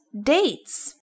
dates